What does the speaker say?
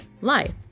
life